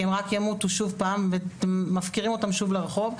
הם רק ימותו כי מפקירים אותם שוב לרחוב,